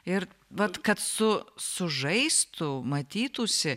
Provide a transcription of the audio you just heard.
ir vat kad su sužaistų matytųsi